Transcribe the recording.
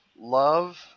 love